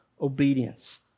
obedience